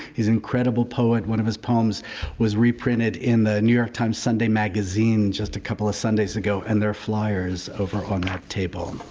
he's an incredible poet. one of his poems was reprinted in the new york times sunday magazine just a couple of sundays ago. and there are flyers over on that table.